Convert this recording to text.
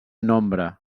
nombre